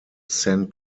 san